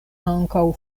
ankaŭ